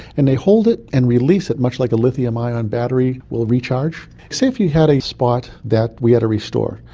and they hold it and release it much like a lithium ion battery will recharge. say if you had a spot that we had to restore,